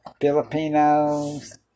Filipinos